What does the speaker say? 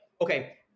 okay